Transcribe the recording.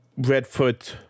Redfoot